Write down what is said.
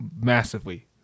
massively